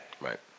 Right